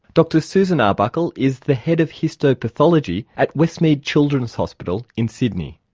dr susan arbuckle is the head of histopathology at westmead children's hospital in sydney.